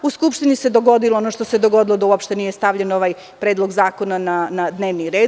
U Skupštini se dogodilo ono što se dogodilo da uopšte nije stavljen Predlog zakona na dnevni red.